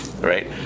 right